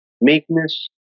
meekness